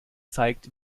zeigt